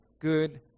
good